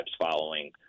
following